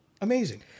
Amazing